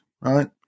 right